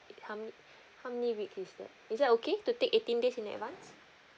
how many how many weeks is that is that okay to take eighteen days in advance